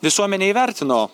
visuomenė įvertino